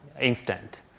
instant